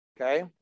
Okay